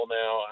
now